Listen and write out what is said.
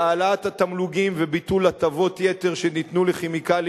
העלאת התמלוגים וביטול הטבות היתר שניתנו ל"כימיקלים